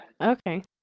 Okay